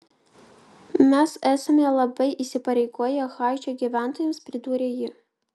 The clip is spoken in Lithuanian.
mes esame labai įsipareigoję haičio gyventojams pridūrė ji